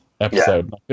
episode